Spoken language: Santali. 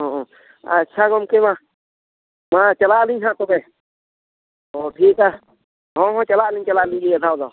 ᱦᱮᱸ ᱟᱪᱪᱷᱟ ᱜᱚᱢᱠᱮ ᱢᱟ ᱢᱟ ᱪᱟᱞᱟᱜ ᱟᱹᱞᱤᱧ ᱦᱟᱸᱜ ᱛᱚᱵᱮ ᱚᱻ ᱴᱷᱤᱠᱼᱟ ᱦᱚᱸ ᱦᱚᱸ ᱪᱟᱞᱟᱜ ᱟᱹᱞᱤᱧ ᱪᱟᱞᱟᱜ ᱟᱹᱞᱤᱧ ᱱᱤᱭᱟᱹ ᱫᱷᱟᱣ ᱫᱚ